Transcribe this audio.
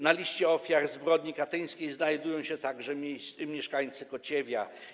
Na liście ofiar zbrodni katyńskiej znajdują się także mieszkańcy Kociewia.